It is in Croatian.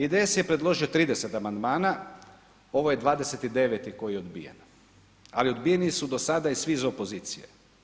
IDS je predložio 30 amandmana, ovo je 29 koji je odbijen, ali odbijeni su do sada i svi iz opozicije.